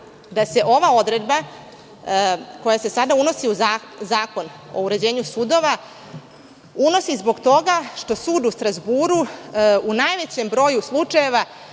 da se ova odredba, koja se sada unosi u Zakon o uređenju sudova, unosi zbog toga što sud u Strazburu u najvećem broju slučajeva